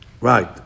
Right